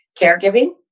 caregiving